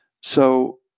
So-